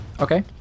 Okay